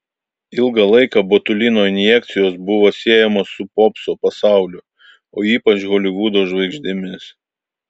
ilgą laiką botulino injekcijos buvo siekiamos su popso pasauliu o ypač holivudo žvaigždėmis